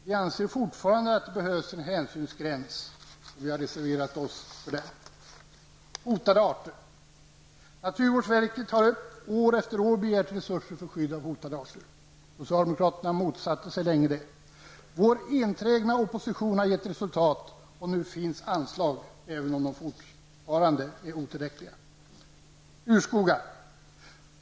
Vi anser dock fortfarande att det behövs en hänsynsgräns och det har vi reserverat oss för. Naturvårdsverket har år efter år begärt resurser för skydd av hotade arter. Socialdemokraterna motsatte sig länge detta. Vår entränga opposition har gett resultat, och nu finns anslag även om de fortfarande är otillräckliga.